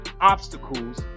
obstacles